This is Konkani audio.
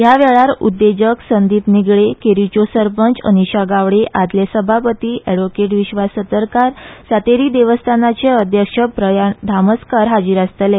ह्या वेळार उद्देजक संदीप निगळये केरीच्यो सरपंच अनिशा गावडे आदले सभापती एड विस्वास सतरकार सांतेरी देवस्थानाचे अध्यक्ष प्रयाण धामस्कार हाजीर आसतले